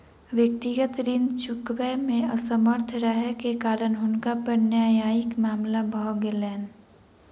व्यक्तिगत ऋण चुकबै मे असमर्थ रहै के कारण हुनका पर न्यायिक मामला भ गेलैन